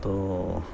تو